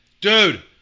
Dude